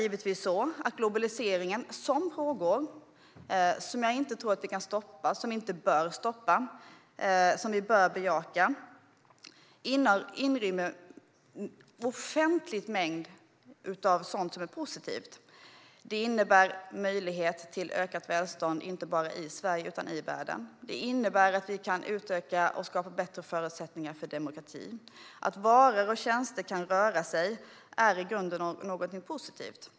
Globaliseringen pågår. Och jag tror inte att vi kan eller bör stoppa den, utan vi bör bejaka den. Den inrymmer en ofantlig mängd positiva saker. Den innebär möjlighet till ökat välstånd, inte bara i Sverige utan i världen. Och den innebär att vi kan utöka och skapa bättre förutsättningar för demokrati. Att varor och tjänster kan röra sig är i grunden positivt.